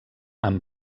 amb